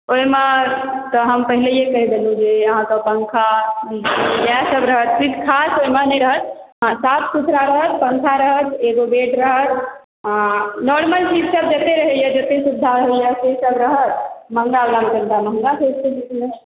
ओहिमे तऽ हम पहिनेहि कहि देलहुॅं जे अहाँके पंखा इएह सब रहत किछु ख़ास ओहि मे नहि रहत साफ सुथरा रहत पंखा रहत एगो बेड रहत आ नार्मल चीज सब जते रहैया जते सुविधा होइया से सब रहत महँगा बला रूम कनी टा महंगा छै